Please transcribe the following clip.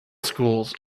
schools